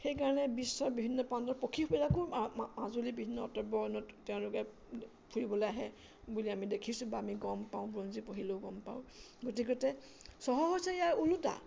সেইকাৰণে বিশ্বৰ বিভিন্ন প্ৰান্তৰ পক্ষীবিলাকো মা মাজুলীৰ বিভিন্ন অটব্য অৰণ্যত তেওঁলোকে ফুৰিবলৈ আহে বুলি আমি দেখিছোঁ বা আমি গম পাওঁ বুৰঞ্জী পঢ়িলেও গম পাওঁ গতিকতে চহৰ হৈছে ইয়াৰ ওলোটা